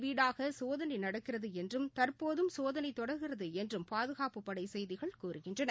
வீடாக சோதனை நடக்கிறது என்றும் தற்போதும் சோதனை தொடர்கிறது என்றும் பாதுகாப்புப்படை செய்திகள் கூறுகின்றன